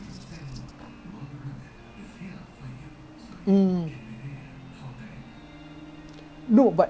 ya but this kind of file is like you know you hit the ball first then you hit the leg sometimes they actually give it but it's like depends